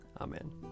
Amen